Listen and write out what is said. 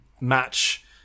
match